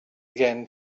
again